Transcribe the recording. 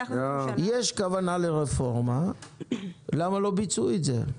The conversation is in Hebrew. יש כוונה לרפורמה ולמה לא ביצעו את זה?